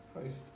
Christ